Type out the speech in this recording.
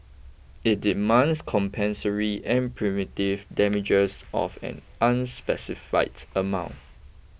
it demands compensatory and punitive damages of an unspecified amount